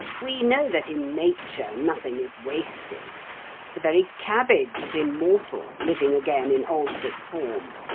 we know that in nature nothing is wasted the very cabbage is immortal, living again in altered form.